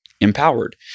empowered